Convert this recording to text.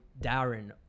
darren